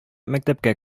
мәктәпкә